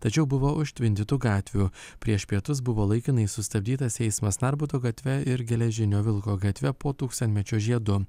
tačiau buvo užtvindytų gatvių prieš pietus buvo laikinai sustabdytas eismas narbuto gatve ir geležinio vilko gatve po tūkstantmečio žiedu